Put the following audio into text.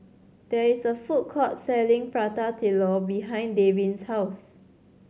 there is a food court selling Prata Telur behind Davin's house